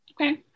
Okay